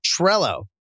Trello